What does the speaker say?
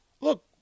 look